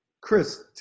Chris